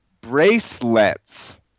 bracelets